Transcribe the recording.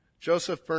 joseph